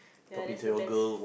ya that's the best